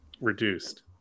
reduced